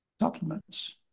supplements